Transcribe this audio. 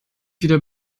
wieder